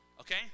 Okay